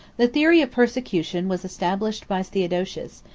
the theory of persecution was established by theodosius,